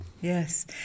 Yes